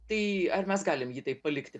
tai ar mes galim jį taip palikti